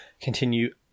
continue